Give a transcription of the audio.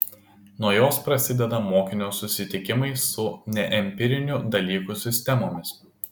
nuo jos prasideda mokinio susitikimai su neempirinių dalykų sistemomis